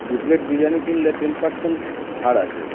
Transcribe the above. দু প্লেট বিরিয়ানি কিনলে ten percent ছাড় আছে